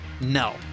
No